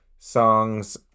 Songs